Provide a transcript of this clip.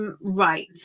Right